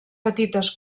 petites